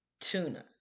tuna